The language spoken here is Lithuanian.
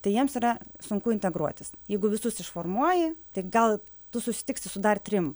tai jiems yra sunku integruotis jeigu visus išformuoji tai gal tu susitiksi su dar trim